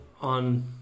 on